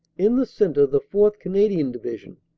in the centre, the fourth. canadian division,